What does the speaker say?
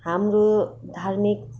हाम्रो धार्मिक